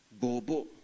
Bobo